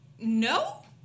No